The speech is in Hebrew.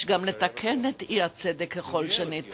יש גם לתקן את האי-צדק ככל שניתן.